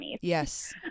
yes